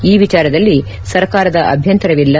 ಈ ವಿಚಾರದಲ್ಲಿ ಸರ್ಕಾರದ ಅಭ್ಯಂತರ ಇಲ್ಲ